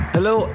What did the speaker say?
Hello